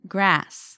Grass